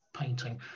painting